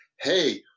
hey